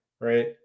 right